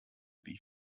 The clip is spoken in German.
wie